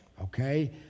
okay